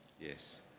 yes